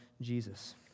Jesus